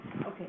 Okay